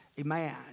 Amen